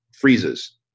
freezes